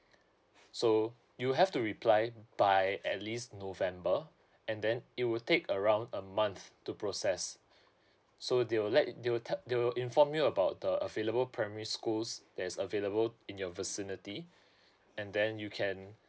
so you'll have to reply by at least november and then it will take around a month to process so they will let it they will tell they will inform you about the available primary schools that is available in your vicinity and then you can